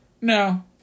No